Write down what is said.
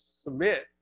submit